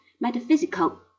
metaphysical